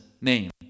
name